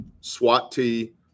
SWAT-T